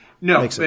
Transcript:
No